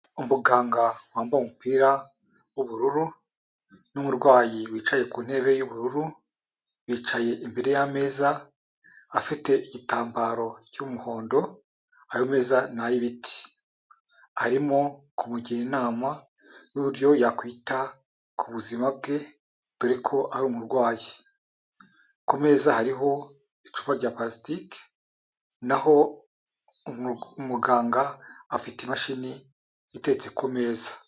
Umuganga wambaye umupira w'ubururu, n'umurwayi wicaye ku ntebe y'ubururu. Bicaye imbere y'ameza afite igitambaro cy'umuhondo, ameza ni ay'ibiti. Arimo kumugira inama y'uburyo yakwita ku buzima bwe, dore ko ari umurwayi. Ku meza hariho icupa rya palasitiki, naho umuganga afite imashini iteretse ku meza.